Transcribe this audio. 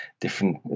different